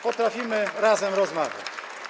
Potrafimy razem rozmawiać.